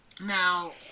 now